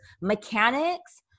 mechanics